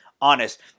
honest